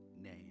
name